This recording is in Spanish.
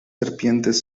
serpientes